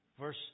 verse